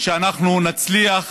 שאנחנו נצליח